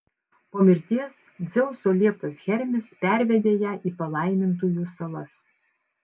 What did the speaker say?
po mirties dzeuso lieptas hermis pervedė ją į palaimintųjų salas